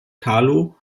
carlo